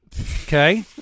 okay